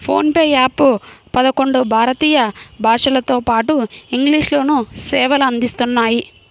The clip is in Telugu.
ఫోన్ పే యాప్ పదకొండు భారతీయ భాషలతోపాటు ఇంగ్లీష్ లోనూ సేవలు అందిస్తున్నాయి